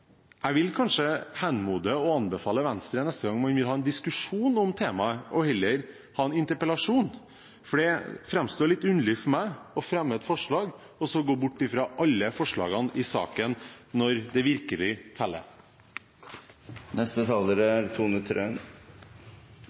jeg vil kanskje henstille til og anbefale Venstre neste gang man vil ha en diskusjon om temaet, heller å ha en interpellasjon, for det framstår litt underlig for meg å fremme et forslag og så gå bort fra alle forslagene i saken når det virkelig teller. Forslaget fra Venstre setter fokus på et viktig område, nemlig studenters helse. Det er